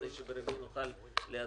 כדי שביום רביעי נוכל להצביע.